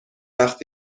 وقت